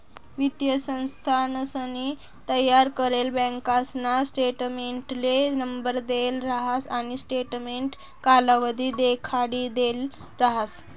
वित्तीय संस्थानसनी तयार करेल बँकासना स्टेटमेंटले नंबर देल राहस आणि स्टेटमेंट कालावधी देखाडिदेल राहस